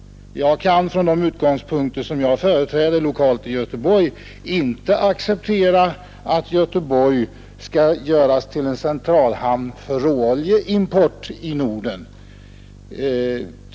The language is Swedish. Jag kan utifrån de synpunkter som jag företräder lokalt i Göteborg inte acceptera att Göteborg skall göras till en centralhamn i Norden för råoljeimport.